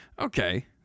okay